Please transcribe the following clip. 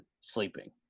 sleeping